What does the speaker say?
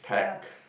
pack